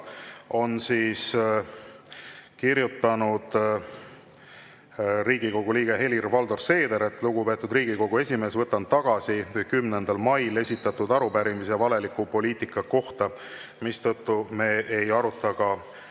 on kirjutanud Riigikogu liige Helir-Valdor Seeder: "Lugupeetud Riigikogu esimees, võtan tagasi 10. mail esitatud arupärimise valeliku poliitika kohta." Seetõttu me ei aruta ka